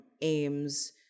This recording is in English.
aims